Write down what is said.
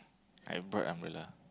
I brought umbrella